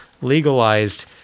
legalized